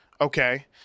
Okay